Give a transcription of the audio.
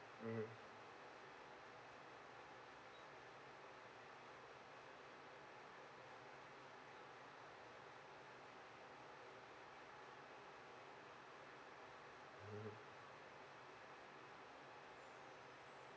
mmhmm mmhmm